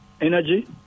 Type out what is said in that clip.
energy